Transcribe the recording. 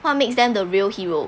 what makes them the real hero